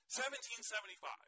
1775